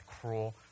cruel